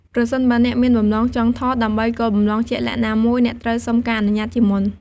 ប្រសិនបើអ្នកមានបំណងចង់ថតដើម្បីគោលបំណងជាក់លាក់ណាមួយ អ្នកត្រូវសុំការអនុញ្ញាតជាមុន។